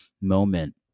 moment